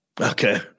Okay